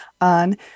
on